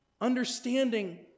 understanding